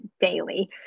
daily